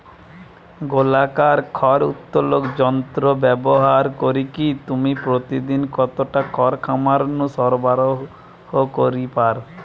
গোলাকার খড় উত্তোলক যন্ত্র ব্যবহার করিকি তুমি প্রতিদিন কতটা খড় খামার নু সরবরাহ করি পার?